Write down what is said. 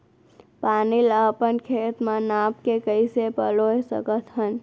पानी ला अपन खेत म नाप के कइसे पलोय सकथन?